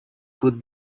could